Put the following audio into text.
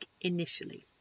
initially